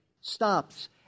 stops